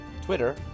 twitter